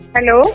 Hello